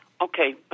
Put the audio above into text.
Okay